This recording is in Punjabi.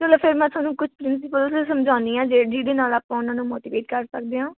ਚਲੋ ਫਿਰ ਮੈਂ ਤੁਹਾਨੂੰ ਕੁਛ ਪ੍ਰਿੰਸੀਪਲਸ ਨੂੰ ਸਮਝਾਉਂਦੀ ਹਾਂ ਜਿਹਦੇ ਨਾਲ ਆਪਾਂ ਉਹਨਾਂ ਨੂੰ ਮੋਟੀਵੇਟ ਕਰ ਸਕਦੇ ਹਾਂ